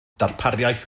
darpariaeth